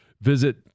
visit